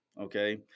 okay